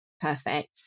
perfect